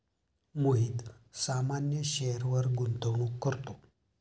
मोहित सामान्य शेअरवर गुंतवणूक करतो